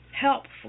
helpful